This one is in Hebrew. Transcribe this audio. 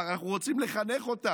אמר מי שאמר: אנחנו רוצים לחנך אותם,